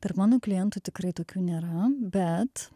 tarp mano klientų tikrai tokių nėra bet